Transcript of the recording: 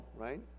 right